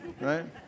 right